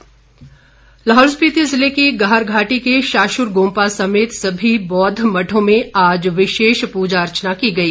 शाशुर गोम्पा लाहौल स्पीति जिले की गाहर घाटी के शाशुर गोम्पा समेत सभी बौद्ध मठो में आज विशेष पूजा अर्चना की गई